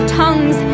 tongues